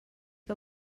que